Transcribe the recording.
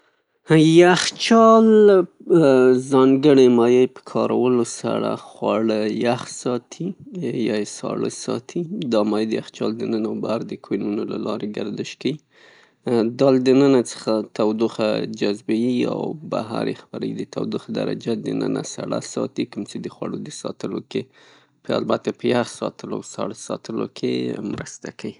یخچال د ځانګړې مایع په کارولو سره خواړه یخ ساتي، یایې ساړه ساتي. دا مایع د یخچال دننه او بهر کویلونو له لارې ګردش کیي، دا د ننه څخه تودوخه جذبیي او بهر یې خپره یی. دتودوخې درجه دننه سړه ساتي چه د خوړو په ساتلو البته د خوړو په یخ ساتلو او سړو ساتلو کې مرسته کیی.